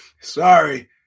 sorry